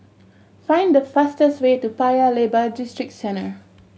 find the fastest way to Paya Lebar Districentre